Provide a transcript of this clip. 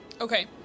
Okay